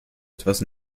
etwas